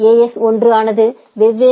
S 1 ஆனது வெவ்வேறு ஏ